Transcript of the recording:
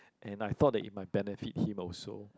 and I thought that it might benefit him also